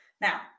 Now